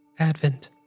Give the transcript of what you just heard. Advent